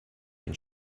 ein